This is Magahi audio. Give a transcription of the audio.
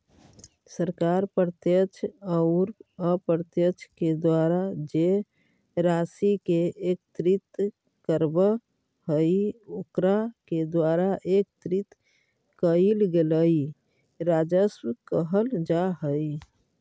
सरकार प्रत्यक्ष औउर अप्रत्यक्ष के द्वारा जे राशि के एकत्रित करवऽ हई ओकरा के द्वारा एकत्रित कइल गेलई राजस्व कहल जा हई